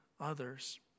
Others